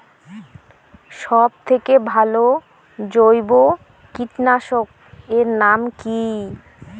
সব থেকে ভালো জৈব কীটনাশক এর নাম কি?